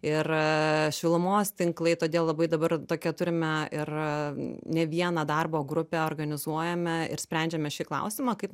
ir aaa šilumos tinklai todėl labai dabar tokią turime ir ne vieną darbo grupę organizuojame ir sprendžiame šį klausimą kaip